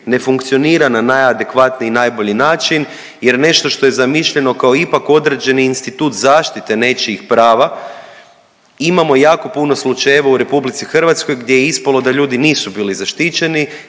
ne funkcionira na najadekvatniji i najbolji način jer nešto što je zamišljeno kao ipak određeni institut zaštite nečijih prava imamo jako puno slučajeva u RH gdje je ispalo da ljudi nisu bili zaštićeni,